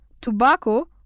tobacco